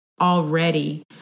already